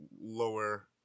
lower